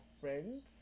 friends